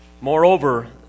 Moreover